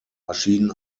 maschinen